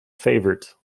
favourite